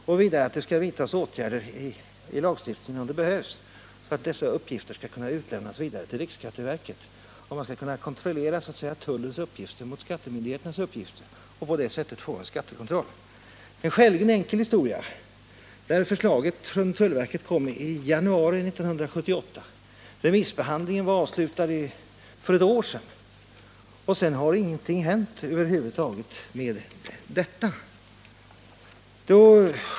Vidare vill man att det skall vidtas åtgärder i lagstiftningen, om det behövs, för att dessa uppgifter skall kunna utlämnas till riksskatteverket. Man skall så att säga kunna kontrollera tullens uppgifter mot skattemyndigheternas uppgifter och på det sättet få en bättre skattekontroll. Detta är en skäligen enkel historia. Tullverket kom med förslaget i januari 1978. Remissbehandlingen var avslutad för ett år sedan. Därefter har över huvud taget ingenting hänt med detta.